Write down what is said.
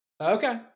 Okay